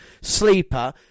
sleeper